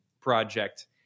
project